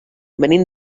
venim